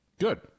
Good